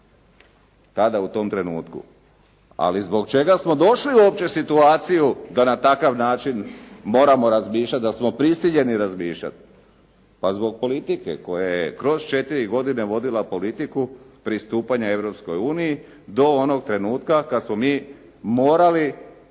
tada, u tom trenutku. Ali zbog čega smo došli uopće u situaciju da na takav način moramo razmišljati da smo prisiljeni razmišljati, pa zbog politike koja je kroz 4 godine vodila politiku pristupanja Europskoj uniji do onog trenutka kada smo mi morali,